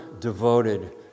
devoted